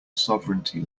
sovereignty